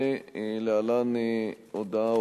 ולהלן הודעה,